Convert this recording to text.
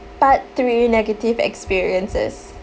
part three negative experiences